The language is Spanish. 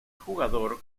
jugador